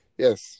Yes